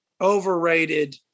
overrated